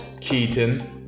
Keaton